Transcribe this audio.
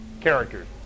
characters